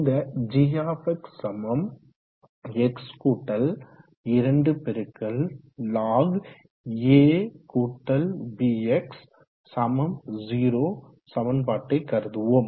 இந்த g x 2 log10abx 0 சமன்பாட்டை கருதுவோம்